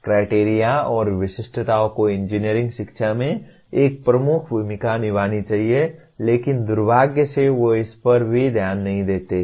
criteria और विशिष्टताओं को इंजीनियरिंग शिक्षा में एक प्रमुख भूमिका निभानी चाहिए लेकिन दुर्भाग्य से वे इस पर भी ध्यान नहीं देते हैं